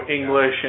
English